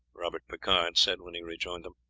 robert picard said when he rejoined him,